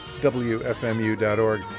wfmu.org